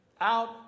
out